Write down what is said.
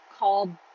called